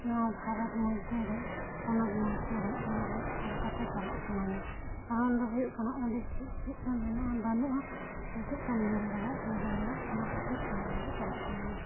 ᱱᱚᱣᱟ ᱵᱷᱟᱨᱚᱛ ᱢᱚᱫᱽᱫᱷᱮ ᱨᱮ ᱯᱚᱱᱚᱛ ᱢᱚᱫᱽᱫᱷᱮ ᱨᱮ ᱤᱧ ᱫᱚ ᱠᱳᱞᱠᱟᱛᱟ ᱪᱟᱞᱟᱜ ᱥᱟᱹᱱᱟᱹᱧᱟ ᱠᱟᱨᱚᱱ ᱫᱚ ᱦᱩᱭᱩᱜ ᱠᱟᱱᱟ ᱚᱸᱰᱮ ᱪᱮᱫ ᱪᱮᱫ ᱠᱚ ᱢᱮᱱᱟᱜᱼᱟ ᱵᱟᱹᱱᱩᱜᱼᱟ ᱥᱮᱪᱮᱫ ᱠᱟᱱ ᱧᱮᱞ ᱨᱮᱱᱟᱜ ᱡᱟᱭᱜᱟ ᱢᱮᱱᱟᱜ ᱚᱱᱟ ᱠᱷᱟᱹᱛᱤᱨ ᱛᱮ ᱤᱧ ᱫᱚ ᱪᱟᱞᱟᱜ ᱥᱟᱹᱱᱟᱹᱧᱟ